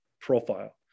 profile